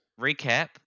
Recap